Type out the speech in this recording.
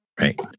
Right